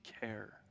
care